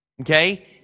okay